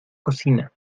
cocina